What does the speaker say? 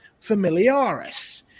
familiaris